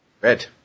Red